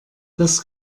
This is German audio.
das